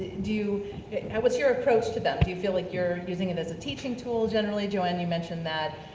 do what's your approach to them, do you feel like you're using it as a teaching tool generally? joanne, you mentioned that,